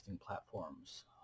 platforms